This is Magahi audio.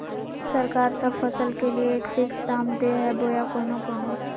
सरकार सब फसल के लिए एक फिक्स दाम दे है बोया कोनो कोनो?